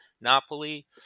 Napoli